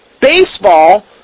baseball